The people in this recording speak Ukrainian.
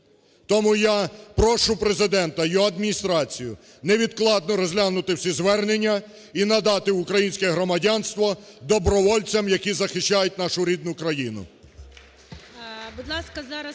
Тому я прошу Президента, його Адміністрацію невідкладно розглянути всі звернення і надати українське громадянство добровольцям, які захищають нашу рідну країну.